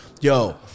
Yo